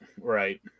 right